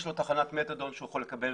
יש לו תחנת מתדון שהוא יכול לקבל